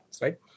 right